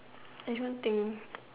I don't think